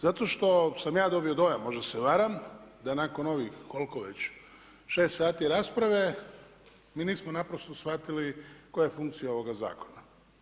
Zato što sam ja dobio dojam, možda se varam da nakon ovih koliko već 6 sati rasprave mi nismo naprosto shvatili koja je funkcija ovoga zakona.